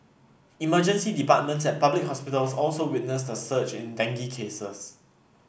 emergency departments at public hospitals also witnessed a surge in dengue cases